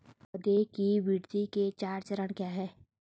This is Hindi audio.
पौधे की वृद्धि के चार चरण क्या हैं?